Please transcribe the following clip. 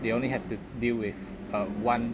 they only have to deal with uh one